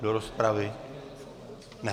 Ne, do rozpravy ne.